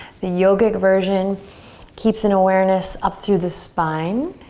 the yogic version keeps an awareness up through the spine,